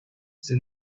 that